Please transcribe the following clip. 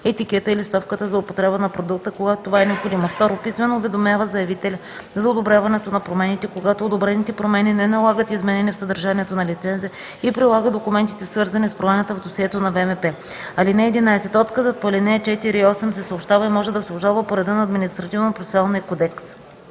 етикета и листовката за употреба на продукта, когато това е необходимо; 2. писмено уведомява заявителя за одобряването на промените, когато одобрените промени не налагат изменение в съдържанието на лиценза, и прилага документите, свързани с промяната, в досието на ВМП. (11) Отказът по ал. 4 и 8 се съобщава и може да се обжалва по реда на Административнопроцесуалния кодекс.”